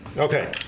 okay,